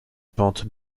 pente